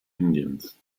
indiens